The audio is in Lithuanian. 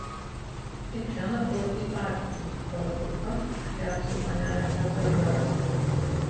eikš šen ir palaikyk arklį kol aš užkelsiu panelę evą į balną